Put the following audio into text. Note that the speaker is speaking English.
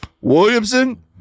Williamson